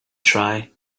try